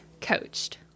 coached